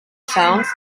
sounds